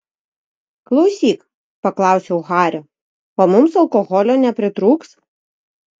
klausyk paklausiau hario o mums alkoholio nepritrūks